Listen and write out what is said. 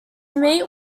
meet